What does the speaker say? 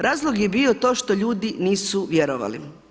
Razlog je bio to što ljudi nisu vjerovali.